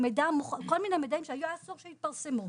כל מיני מידעים שהיה אסור שיתפרסמו.